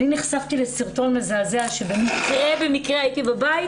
אני נחשפתי לסרטון מזעזע שבמקרה הייתי בבית,